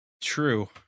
true